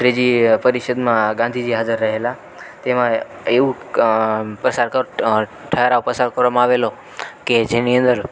ત્રીજી પરિષદમાં ગાંધીજી હાજર રહેલા તેમાં એવું પસાર ઠરાવ પસાર કરવામાં આવેલો કે જેની અંદર